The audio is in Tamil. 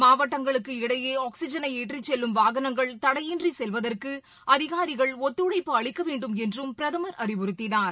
மாவட்டங்களுக்கு இடையே ஆக்ஸிஜனை ஏற்றிச் செல்லும் வாகனங்கள் தடையின்றி செல்வதற்கு அதிகாரிகள் ஒத்துழைப்பு அளிக்க வேண்டும் என்றும் பிரதமர் அறிவுறுத்தினார்